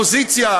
האופוזיציה.